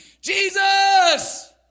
Jesus